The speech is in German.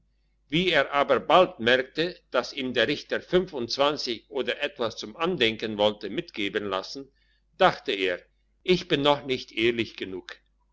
wie er aber bald merkte dass ihm der richter fünfundzwanzig oder etwas zum andenken wollte mitgeben lassen dachte er ich bin noch nicht ehrlich genug